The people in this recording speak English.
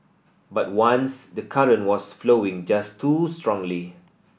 but once the current was flowing just too strongly